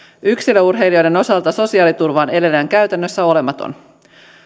yksilöurheilijoiden osalta sosiaaliturva on edelleen käytännössä olematon